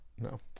No